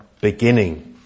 beginning